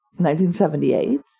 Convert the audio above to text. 1978